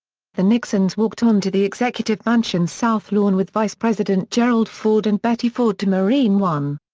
the nixons walked onto the executive mansion's south lawn with vice president gerald ford and betty ford to marine one.